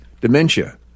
dementia